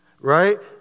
right